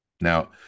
Now